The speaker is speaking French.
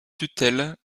tutelle